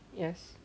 yes